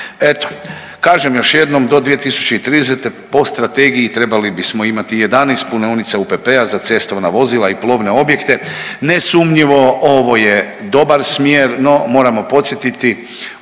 Eto kažem još jednom do 2030. po strategiji trebali bismo imati 11 punionica UPP-a za cestovna vozila i plovne objekte. Nesumnjivo ovo je dobar smjer, no moramo podsjetiti